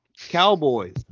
Cowboys